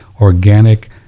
organic